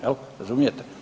Jel' razumijete?